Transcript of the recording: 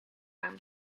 aan